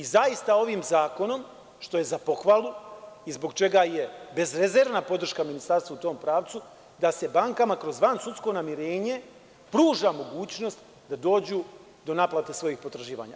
Zaista, ovim zakonom, što je za pohvalu i zbog čega je bezrezervna podrška Ministarstva u tom pravcu, da se bankama kroz vansudsko namirenje pruža mogućnost da dođu do naplate svojih potraživanja.